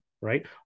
Right